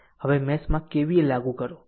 હવે મેશ માં KVL લાગુ કરો